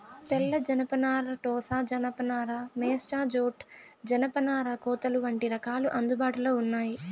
తెల్ల జనపనార, టోసా జానప నార, మేస్టా జూట్, జనపనార కోతలు వంటి రకాలు అందుబాటులో ఉన్నాయి